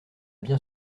bien